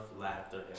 Laughter